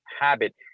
habit